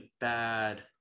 bad